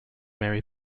mary